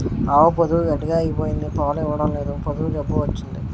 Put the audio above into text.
ఆవు పొదుగు గట్టిగ అయిపోయింది పాలు ఇవ్వడంలేదు పొదుగు జబ్బు వచ్చింది